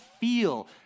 feel